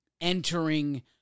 entering